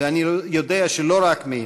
ואני יודע שלא רק מעיני,